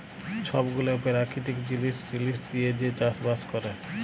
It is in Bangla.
ছব গুলা পেরাকিতিক জিলিস টিলিস দিঁয়ে যে চাষ বাস ক্যরে